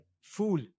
fool